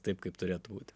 taip kaip turėtų būti